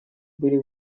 были